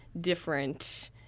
different